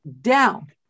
down